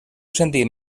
sentit